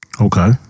Okay